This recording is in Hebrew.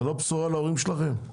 זה לא בשורה להורים שלכם?